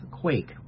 quake